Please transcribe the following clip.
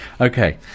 Okay